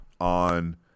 on